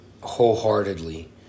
wholeheartedly